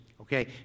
okay